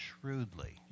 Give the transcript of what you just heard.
shrewdly